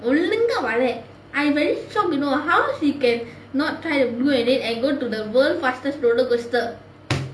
ஒழுங்கா வரை:ozhungaa varai I very shocked you know how she can not try the blue and then go to the world fastest rollercoaster